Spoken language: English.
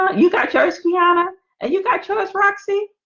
you got choice keanu and you've got choice roxy